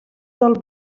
del